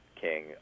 King